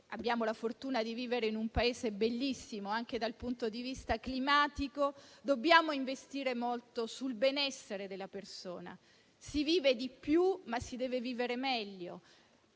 Abbiamo la fortuna di vivere in un Paese bellissimo anche dal punto di vista climatico, pertanto dobbiamo investire molto sul benessere della persona: si vive di più, ma si deve vivere meglio.